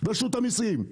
רשות המיסים.